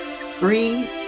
three